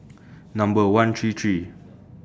Number one three three